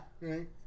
Right